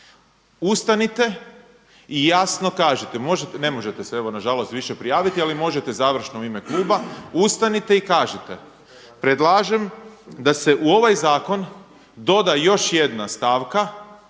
Ustanite i jasno kažite. Ne možete se nažalost više prijaviti, ali možete završno u ime kluba, ustanite i kažite: Predlažem da se u ovaj zakon doda još jedna stavka